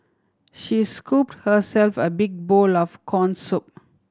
she scooped herself a big bowl of corn soup